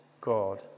God